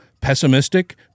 pessimistic